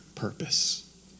purpose